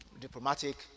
diplomatic